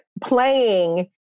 playing